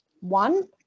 one